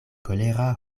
kolera